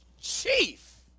chief